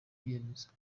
ibyemezo